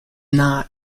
not